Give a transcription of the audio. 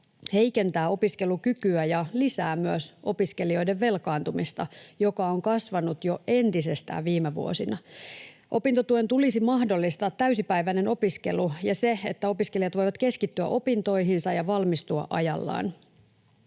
heikentää opiskelukykyä ja lisää myös opiskelijoiden velkaantumista, joka on kasvanut jo entisestään viime vuosina. Opintotuen tulisi mahdollistaa täysipäiväinen opiskelu ja se, että opiskelijat voivat keskittyä opintoihinsa ja valmistua ajallaan.